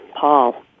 Paul